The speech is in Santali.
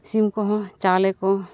ᱥᱤᱢ ᱠᱚᱦᱚᱸ ᱪᱟᱣᱞᱮ ᱠᱚ